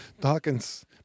Dawkins